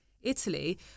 Italy